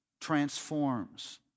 transforms